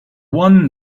one